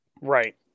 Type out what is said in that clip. Right